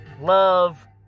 love